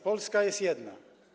Polska jest jedna.